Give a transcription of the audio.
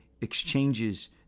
exchanges